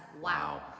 wow